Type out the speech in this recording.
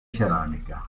ceramica